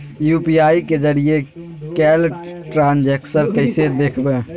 UPI के जरिए कैल ट्रांजेक्शन कैसे देखबै?